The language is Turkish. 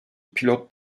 pilot